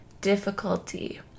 difficulty